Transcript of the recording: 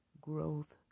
growth